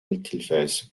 التلفاز